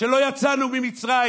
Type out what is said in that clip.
שלא יצאנו ממצרים,